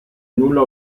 nulla